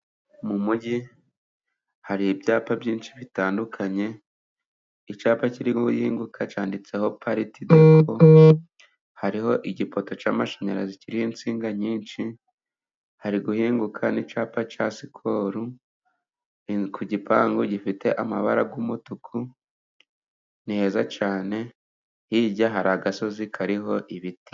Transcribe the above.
Mu mugi hari ibyapa byinshi bitandukanye, icyapa kiri guhinguka cyanditseho pariti doko, hariho igipoto cy'amashanyarazi kiriho insinga nyinshi, hari guhinguka n'icyapa cya sikoro ku gipangu gifite amabara y'umutuku ni heza cyane, hirya hari agasozi kariho ibiti.